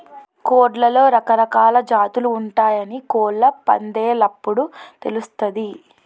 కోడ్లలో రకరకాలా జాతులు ఉంటయాని కోళ్ళ పందేలప్పుడు తెలుస్తది